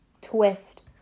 twist